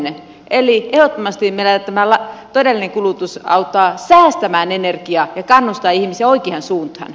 eli ehdottomasti meillä tämä todellinen kulutus auttaa säästämään energiaa ja kannustaa ihmisiä oikeaan suuntaan